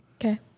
okay